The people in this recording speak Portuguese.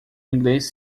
inglês